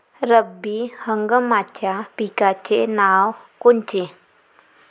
रब्बी हंगामाच्या पिकाचे नावं कोनचे?